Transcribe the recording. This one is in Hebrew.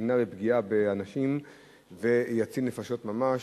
ימנע פגיעה באנשים ויציל נפשות ממש,